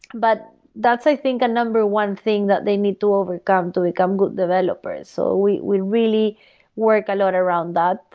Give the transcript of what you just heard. but that's, i think, a number one thing that they need to overcome to become developers. so we we really work a lot around that.